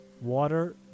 Water